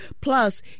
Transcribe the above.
Plus